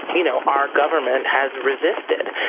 you know our government has resisted.